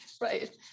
right